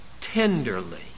tenderly